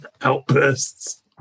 outbursts